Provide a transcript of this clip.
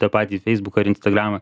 tą patį feisbuką ar instagramą